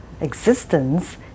existence